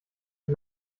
ich